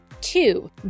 Two